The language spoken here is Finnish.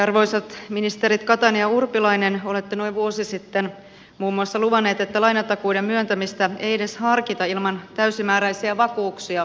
arvoisat ministerit katainen ja urpilainen olette noin vuosi sitten muun muassa luvanneet että lainatakuiden myöntämistä ei edes harkita ilman täysimääräisiä vakuuksia